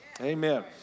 Amen